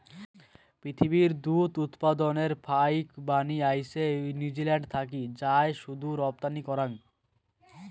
পিথীবির দুধ উৎপাদনের ফাইকবানী আইসে নিউজিল্যান্ড থাকি যায় শুধু রপ্তানি করাং